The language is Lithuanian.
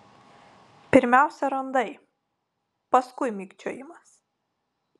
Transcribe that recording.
pirmiausia randai paskui mikčiojimas